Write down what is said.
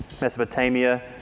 Mesopotamia